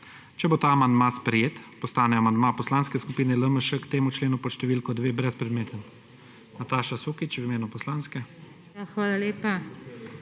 Če bo ta amandma sprejet, postane amandma Poslanske skupine LMŠ k temu členu pod številko 2 brezpredmeten.